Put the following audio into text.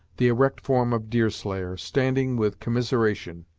the erect form of deerslayer, standing with commiseration,